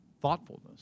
thoughtfulness